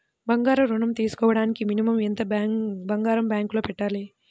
బంగారం ఋణం తీసుకోవడానికి మినిమం ఎంత బంగారం బ్యాంకులో పెట్టాలి?